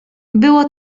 było